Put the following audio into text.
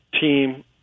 team